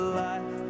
life